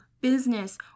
business